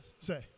say